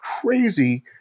crazy